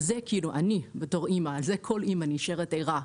אני בתור אימא על זה כל אימא נשארת ערה,